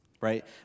Right